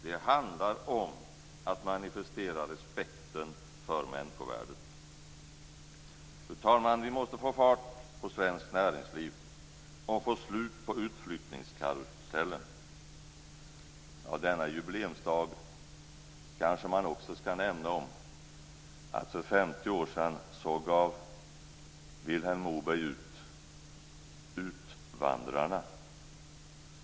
Det handlar om att manifestera respekten för människovärdet. Fru talman! Vi måste få fart på svenskt näringsliv och få slut på utflyttningskarusellen. Denna jubileumsdag skall man kanske också nämna att Vilhelm Moberg gav ut Utvandrarna för femtio år sedan.